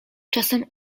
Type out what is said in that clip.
czasem